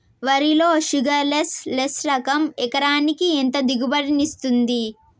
వరి లో sugarless less రకం ఎకరాకి ఎంత దిగుబడినిస్తుంది